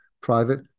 private